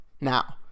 now